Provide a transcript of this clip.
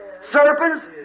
serpents